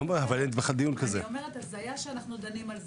אני אומרת הזיה שאנחנו דנים על זה.